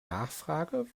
nachfrage